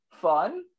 fun